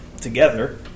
together